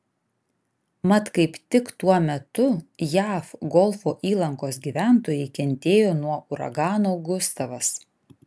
mat kaip tik tuo metu jav golfo įlankos gyventojai kentėjo nuo uragano gustavas